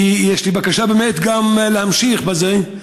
ויש לי בקשה גם להמשיך בזה.